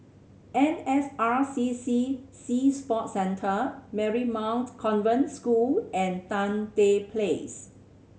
N S R C C Sea Sports Centre Marymount Convent School and Tan Tye Place